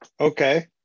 Okay